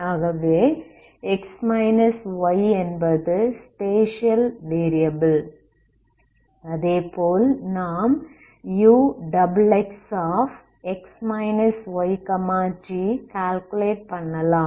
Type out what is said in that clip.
ஆகவே என்பது spatial variable அதேபோல் நாம் uxxx yt கால்குலேட் பண்ணலாம்